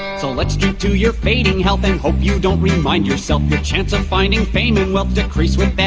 so let's do to your fading health and hope you don't remind yourself no chance of finding fame and wealth decrease with